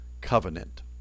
Covenant